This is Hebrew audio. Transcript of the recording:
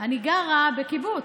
אני גרה בקיבוץ.